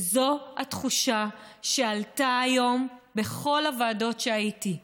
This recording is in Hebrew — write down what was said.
וזו התחושה שעלתה היום בכל הוועדות שהייתי,